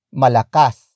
malakas